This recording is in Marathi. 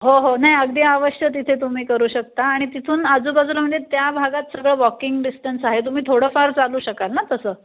हो हो नाही अगदी अवश्य तिथे तुम्ही करू शकता आणि तिथून आजूबाजूला म्हणजे त्या भागात सगळं वॉकिंग डिस्टन्स आहे तुम्ही थोडंफार चालू शकाल ना तसं